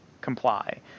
comply